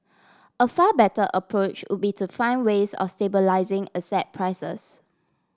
a far better approach would be to find ways or stabilising asset prices